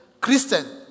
Christian